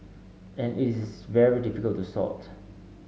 and it is very difficult to sort